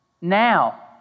Now